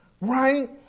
right